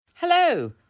Hello